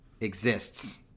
exists